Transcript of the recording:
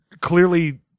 clearly